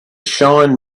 shine